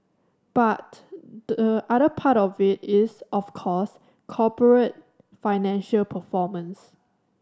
but the other part of it is of course corporate financial performance